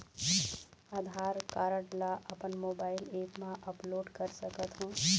आधार card ला अपन mobile app मा अपलोड कर सकथों?